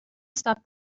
stop